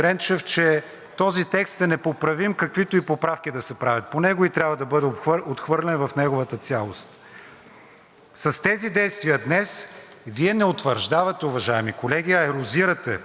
С тези действия днес Вие не утвърждавате, уважаеми колеги, а ерозирате, подкрепата за Европейския съюз и НАТО в българското общество. Днес се ражда една коалиция на войната,